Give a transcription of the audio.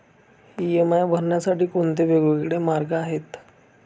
EMI भरण्यासाठी कोणते वेगवेगळे मार्ग आहेत?